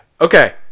Okay